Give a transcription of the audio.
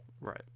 Right